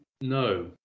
No